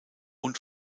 und